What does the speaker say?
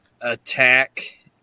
attack